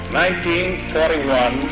1941